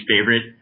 favorite